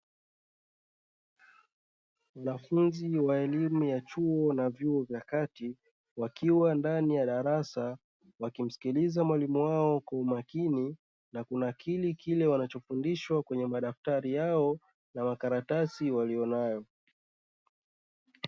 Wanafunzi wa elimu ya chuo na vyuo vya kati wakiwa ndani ya darasa wakimsikiliza mwalimu wao kwa umakini wakinakili kile wanachofundishwa kwenye madaftari yao na makaratasi waliyonayo.